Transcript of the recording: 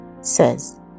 says